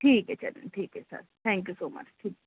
ٹھیک ہے چلئے ٹھیک ہے sir thank you so much ٹھیک